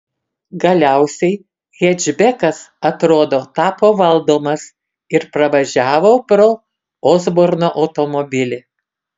galiausiai hečbekas atrodo tapo valdomas ir pravažiavo pro osborno automobilį